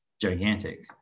gigantic